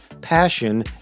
Passion